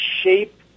shape